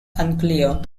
unclear